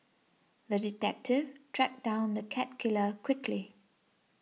the detective tracked down the cat killer quickly